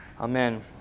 Amen